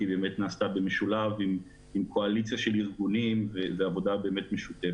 כי היא באמת נעשתה במשולב עם קואליציה של ארגונים ובעבודה משותפת.